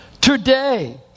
Today